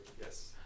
yes